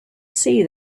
see